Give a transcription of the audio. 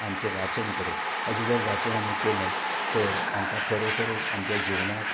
आनी तें वाचून करप अशें जर वाचन आमी केलें तर आमकां खरोखरो आमच्या जिवनाक